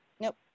Nope